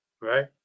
right